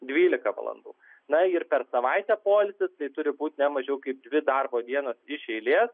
dvylika valandų na ir per savaitę poilsis tai turi būt ne mažiau kaip dvi darbo dienos iš eilės